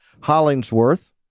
Hollingsworth